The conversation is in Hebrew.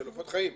של עופות חיים.